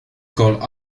called